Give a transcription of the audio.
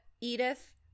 Edith